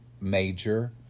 major